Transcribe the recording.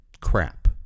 crap